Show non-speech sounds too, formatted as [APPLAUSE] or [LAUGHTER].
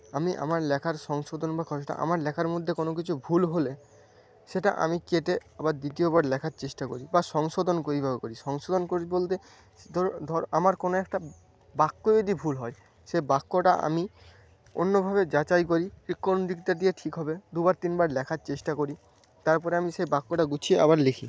আমি আমার লেখার সংশোধন [UNINTELLIGIBLE] আমার লেখার মধ্যে কোন কিছু ভুল হলে সেটা আমি কেটে আবার দ্বিতীয়বার লেখার চেষ্টা করি বা সংশোধন করি [UNINTELLIGIBLE] সংশোধন করি বলতে ধর আমার কোন একটা বাক্য যদি ভুল হয় সেই বাক্যটা আমি অন্যভাবে যাচাই করি যে কোনদিকটা দিয়ে ঠিক হবে দুবার তিনবার লেখার চেষ্টা করি তারপরে আমি সেই বাক্যটা গুছিয়ে আবার লিখি